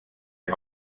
die